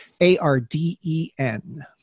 A-R-D-E-N